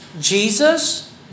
Jesus